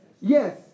Yes